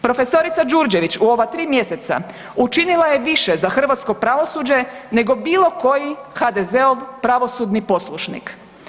Prof. Đurđević u ova tri mjeseca učinila je više za hrvatsko pravosuđe nego bilo koji HDZ-ov pravosudni poslušnik.